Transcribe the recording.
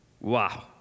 Wow